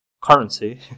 currency